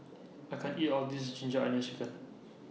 I can't eat All of This Ginger Onions Chicken